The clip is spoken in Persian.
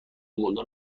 گلدان